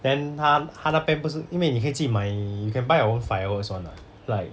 then 他他那边不是因为你可以自己买 you can buy your own fireworks [one] [what] like